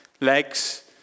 legs